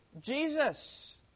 Jesus